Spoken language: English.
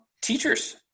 Teachers